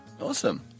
Awesome